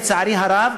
לצערי הרב,